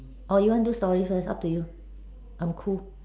or you want do story first up to you I'm cool